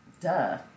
Duh